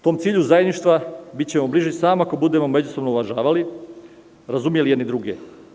Tom cilju zajedništva bićemo bliži samo ako budemo međusobno uvažavali i razumeli jedni druge.